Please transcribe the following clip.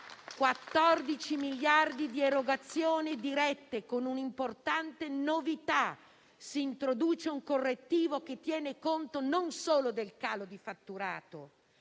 14 miliardi di erogazioni dirette con un'importante novità: si introduce un correttivo che tiene conto non solo del calo di fatturato,